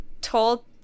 told